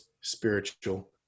spiritual